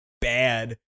bad